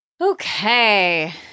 Okay